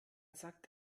sagt